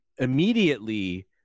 immediately